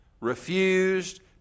refused